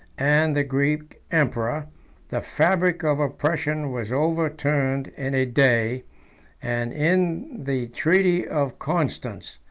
and the greek emperor the fabric of oppression was overturned in a day and in the treaty of constance,